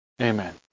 Amen